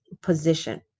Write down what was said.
position